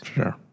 Sure